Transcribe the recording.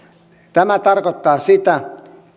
tämä tarkoittaa sitä